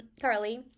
Carly